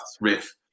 riff